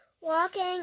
walking